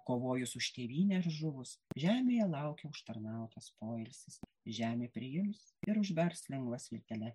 kovojus už tėvynę ir žuvus žemėje laukia užtarnautas poilsis žemė priims ir užvers lengva smiltele